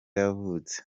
yavutse